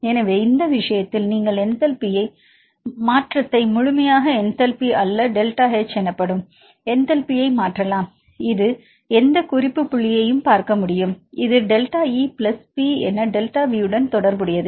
எனவே இந்த விஷயத்தில் நீங்கள் என்டால்பியின் மாற்றத்தை முழுமையான என்டல்பி அல்ல டெல்டா H எனப்படும் என்டல்பியை மாற்றலாம் இது எந்த குறிப்பு புள்ளியையும் பார்க்க முடியும் இது டெல்டா E பிளஸ் P என டெல்டா V உடன் தொடர்புடையது